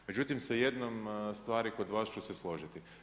Međutim, sa jednom stvari kod vas ću se složiti.